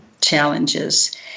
challenges